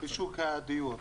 בשוק הדיור.